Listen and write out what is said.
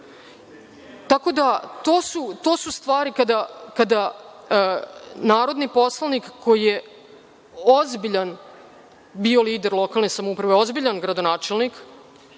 da, to su stvari kada narodni poslanik koji je bio ozbiljan lider lokalne samouprave, ozbiljan gradonačelnik,